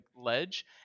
ledge